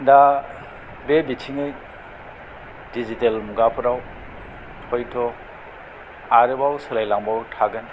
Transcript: दा बे बिथिङै डिजिटेल मुगाफोराव हयथ' आरोबाव सोलायलांबावबाय थागोन